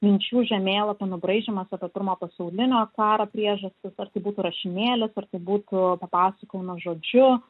minčių žemėlapio nubraižymas apie pirmojo pasaulinio karo priežastis ar tai būtų rašinėlis ar tai būtų papasakojimas žodžiu